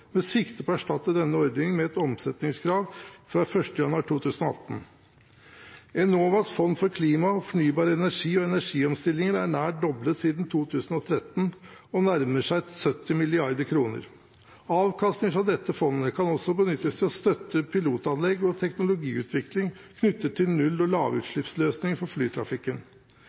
med sikte på å erstatte denne ordningen med et omsetningskrav fra 1. januar 2018. Enovas fond for klima, fornybar energi og energiomstilling er nær doblet siden 2013 og nærmer seg 70 mrd. kr. Avkastningen fra dette fondet kan også benyttes til å støtte pilotanlegg og teknologiutvikling knyttet til null- og lavutslippsløsninger for flytrafikken.